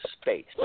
space